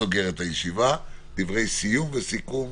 דברי סיום וסיכום,